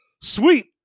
sweet